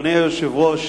אדוני היושב-ראש,